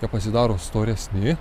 jie pasidaro storesni